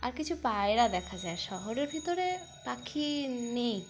আর কিছু পায়রা দেখা যায় শহরের ভিতরে পাখি নেই